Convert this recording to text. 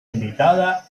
invitada